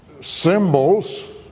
symbols